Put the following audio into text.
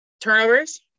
turnovers